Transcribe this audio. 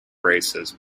races